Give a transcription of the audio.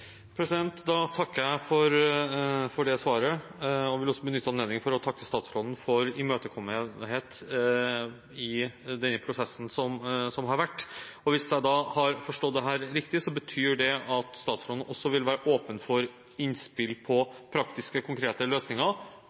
Da takker jeg for det svaret og vil også benytte anledningen til å takke statsråden for imøtekommenhet i denne prosessen som har vært. Hvis jeg da har forstått dette riktig, betyr det at statsråden også vil være åpen for innspill på praktiske, konkrete løsninger